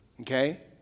Okay